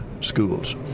schools